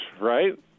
Right